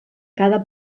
cada